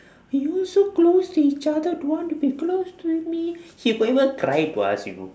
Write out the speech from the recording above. you so close to each other don't want to be close to me he could even cry to us you know